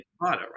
Right